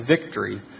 victory